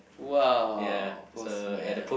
!wow! postman